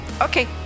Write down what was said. okay